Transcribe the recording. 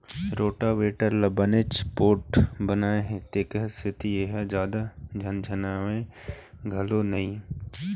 rotavator ल बनेच पोठ बनाए हे तेखर सेती ए ह जादा झनझनावय घलोक नई